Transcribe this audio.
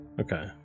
Okay